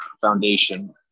Foundation